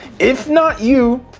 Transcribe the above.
if not you,